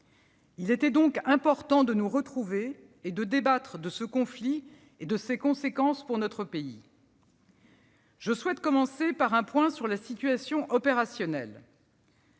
Il était donc important de nous retrouver et de débattre de ce conflit et de ses conséquences pour notre pays. Je souhaite commencer par un point sur la situation opérationnelle.